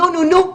נו-נו-נו.